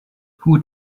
who